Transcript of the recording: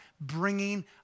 bringing